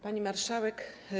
Pani Marszałek!